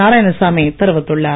நாராயணசாமி தெரிவித்துள்ளார்